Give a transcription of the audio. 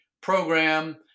program